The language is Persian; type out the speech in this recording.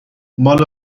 مال